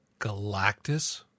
Galactus